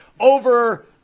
over